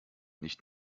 nicht